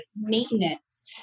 maintenance